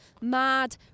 mad